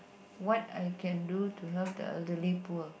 what I can do to help the elderly poor